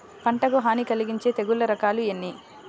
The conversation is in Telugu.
పంటకు హాని కలిగించే తెగుళ్ళ రకాలు ఎన్ని?